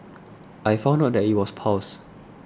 I found out that it was piles